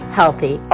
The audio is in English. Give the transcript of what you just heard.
healthy